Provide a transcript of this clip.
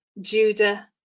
Judah